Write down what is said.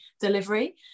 delivery